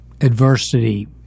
adversity